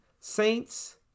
Saints